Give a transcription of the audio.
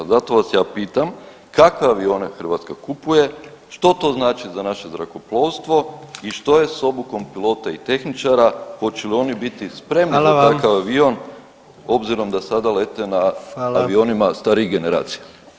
Zato vas ja pitam, kakve avione Hrvatska kupuje, što to znači za naše zrakoplovstvo i što je s obukom pilota i tehničara, hoće li oni biti spremni za takav [[Upadica: Hvala vam.]] avion obzirom da sada lete [[Upadica: Hvala.]] na avionima starijih generacija.